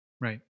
Right